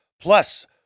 Plus